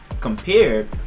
compared